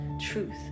truth